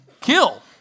kill